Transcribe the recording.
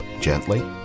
gently